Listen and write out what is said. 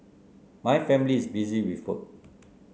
my family is busy with work